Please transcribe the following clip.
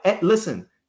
listen